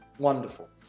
wonderful.